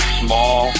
small